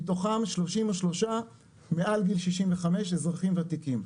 מתוכם 33 מעל גיל 65 אזרחים ותיקים.